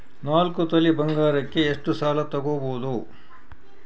ನಾಲ್ಕು ತೊಲಿ ಬಂಗಾರಕ್ಕೆ ಎಷ್ಟು ಸಾಲ ತಗಬೋದು?